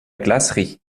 glacerie